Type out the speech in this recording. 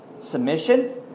Submission